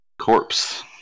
Corpse